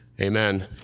Amen